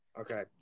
Okay